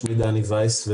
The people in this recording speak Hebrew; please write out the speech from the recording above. שמי דני וייס,